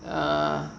ah